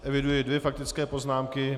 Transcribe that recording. Eviduji dvě faktické poznámky.